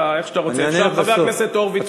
אני אענה בסוף.